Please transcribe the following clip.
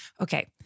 Okay